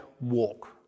walk